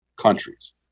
countries